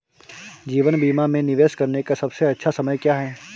जीवन बीमा में निवेश करने का सबसे अच्छा समय क्या है?